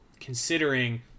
considering